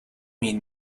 mean